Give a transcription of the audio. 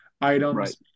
items